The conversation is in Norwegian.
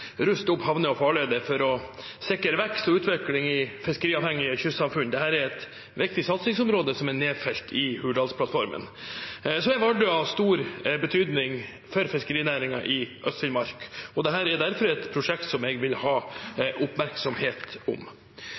ruste opp havner og farleder for å sikre vekst og utvikling i fiskeriavhengige kystsamfunn. Dette er et viktig satsingsområde som er nedfelt i Hurdalsplattformen. Vardø er av stor betydning for fiskerinæringen i Øst-Finnmark, og derfor er dette et prosjekt jeg vil ha oppmerksomhet om.